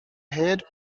head